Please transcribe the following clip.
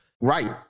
right